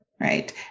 right